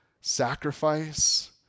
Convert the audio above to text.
sacrifice